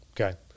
Okay